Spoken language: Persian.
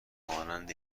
مانند